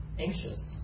anxious